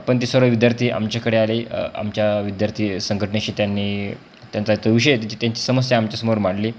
पण ते सर्व विद्यार्थी आमच्याकडे आले आमच्या विद्यार्थी संघटनेशी त्यांनी त्यांचा तो विषय त त्यांची समस्या आमच्यासमोर मांडली